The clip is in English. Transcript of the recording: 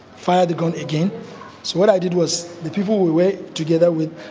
fired the gun again. so what i did was, the people we were together with,